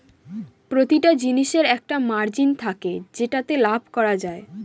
প্রতিটা জিনিসের একটা মার্জিন থাকে যেটাতে লাভ করা যায়